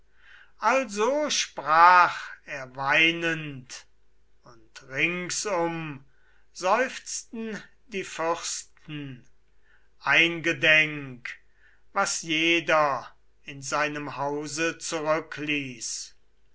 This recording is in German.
also sprach er weinend und ringsum seufzten die fürsten eingedenk was jeder in seinem hause zurückließ